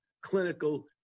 clinical